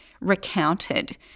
recounted